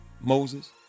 Moses